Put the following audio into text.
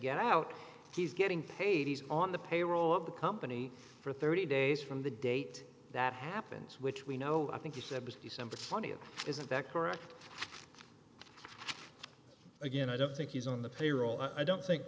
get out he's getting paid he's on the payroll of the company for thirty days from the date that happens which we know i think you said was december twentieth isn't that correct again i don't think he's on the payroll i don't think